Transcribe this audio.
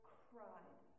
cried